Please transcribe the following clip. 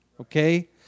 Okay